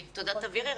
ולחברי המועצה.